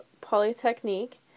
Polytechnique